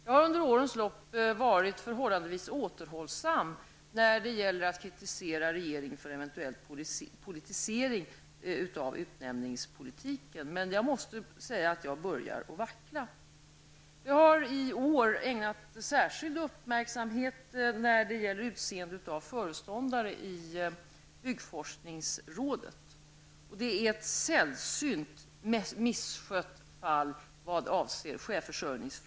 Jag har under årens lopp varit förhållandevis återhållsam när det gällt att kritisera regeringen för eventuell politisering av utnämningsmakten, men jag måste säga att jag börjar att vackla. Jag har i år ägnat särskild uppmärksamhet åt frågan om utseende av föreståndare i byggforskningsrådet. Det är ett sällsynt misskött fall av chefsförsörjning.